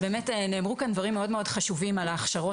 באמת נאמרו כאן דברים מאוד מאוד חשובים על ההכשרות